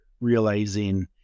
realizing